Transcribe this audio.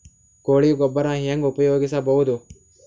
ಕೊಳಿ ಗೊಬ್ಬರ ಹೆಂಗ್ ಉಪಯೋಗಸಬಹುದು?